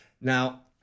now